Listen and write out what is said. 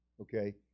Okay